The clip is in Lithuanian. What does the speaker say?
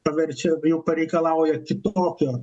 paverčia jau pareikalauja kitokio